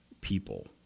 people